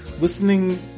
listening